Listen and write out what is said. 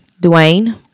Dwayne